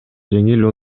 жеңил